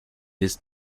this